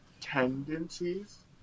tendencies